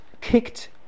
kicked